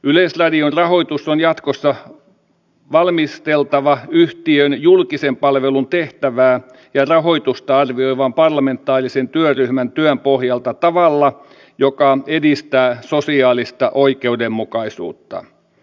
yleisradion rahoitus on jatkossa valmisteltava yhtiön julkisen palvelun tehtävää ja rahoitusta arvioivan parlamentaarisen työryhmän työn pohjalta tavalla joka edistää sosiaalista oikeudenmukaisuutta